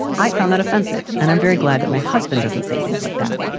i found that offensive. and i'm very glad that my husband doesn't say things like that.